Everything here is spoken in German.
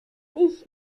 ich